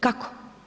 Kako?